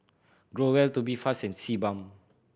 Growell Tubifast and Sebam